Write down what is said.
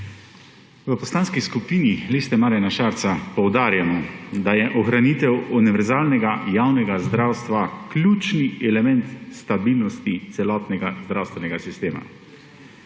V Poslanski skupini Liste Marjana Šarca poudarjamo, da je ohranitev univerzalnega javnega zdravstva ključni element stabilnosti celotnega zdravstvenega sistema.